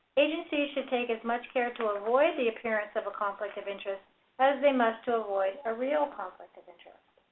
agencies should take as much care to avoid the appearance of a conflict of interest as they must to avoid a real conflict of interest.